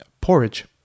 Porridge